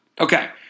Okay